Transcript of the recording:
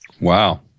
wow